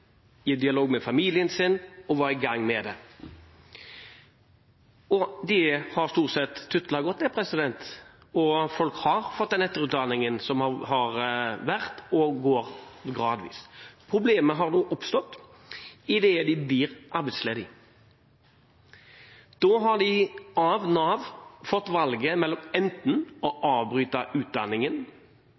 var i gang med det. Og det har stort sett tutlet og gått. Folk har fått den etterutdanningen som har vært – og går – gradvis. Problemer har nå oppstått, idet de har blitt arbeidsledige. Da har de av Nav fått valget mellom enten å avbryte utdanningen